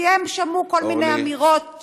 כי הם שמעו כל מיני אמירות, אורלי.